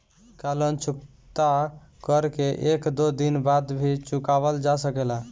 का लोन चुकता कर के एक दो दिन बाद भी चुकावल जा सकेला?